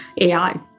AI